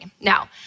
Now